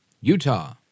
Utah